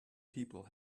people